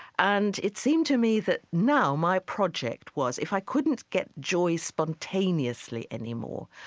and it seemed to me that now my project was if i couldn't get joy spontaneously anymore,